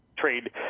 trade